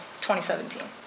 2017